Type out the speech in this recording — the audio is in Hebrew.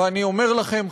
ואני אומר לכם,